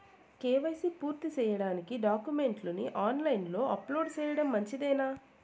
KYC పూర్తి సేయడానికి డాక్యుమెంట్లు ని ఆన్ లైను లో అప్లోడ్ సేయడం మంచిదేనా?